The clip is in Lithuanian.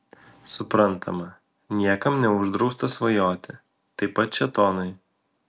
suprantama niekam neuždrausta svajoti taip pat šėtonui